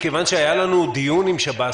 מכיוון שהיה לנו דיון עם שב"ס,